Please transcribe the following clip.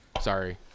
sorry